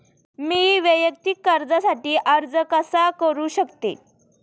मी वैयक्तिक कर्जासाठी अर्ज कसा करु शकते?